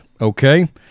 Okay